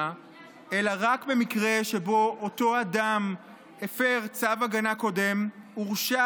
אלא רק במקרה שבו אותו אדם הפר צו הגנה קודם או הורשע